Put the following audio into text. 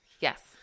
Yes